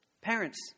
Parents